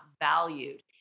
valued